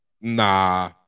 nah